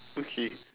okay